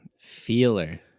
feeler